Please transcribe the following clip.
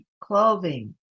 clothing